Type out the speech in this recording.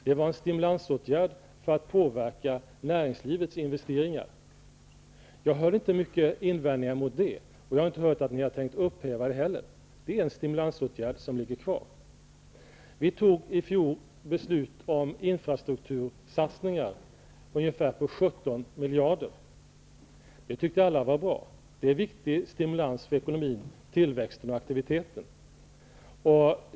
Det var en stimulansåtgärd för att påverka näringslivets investeringar. Jag hörde inte särskilt många invändningar mot den åtgärden. Inte heller har jag hört att ni tänker upphäva vad som här gäller. Det är alltså en stimulansåtgärd som finns kvar. I fjol fattade vi beslut om infrastruktursatsningar till ett belopp av ungefär 17 miljarder. Alla tyckte att det var bra. Det här är en viktig stimulans för ekonomin, tillväxten och aktiviteten.